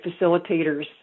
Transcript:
facilitators